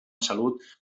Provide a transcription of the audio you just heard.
salut